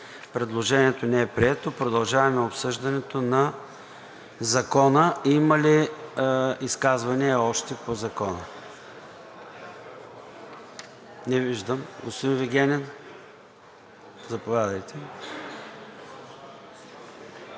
Предложението не е прието. Продължаваме обсъждането на Закона. Има ли още изказвания по Закона? Не виждам. Господин Вигенин, заповядайте.